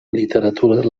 literatura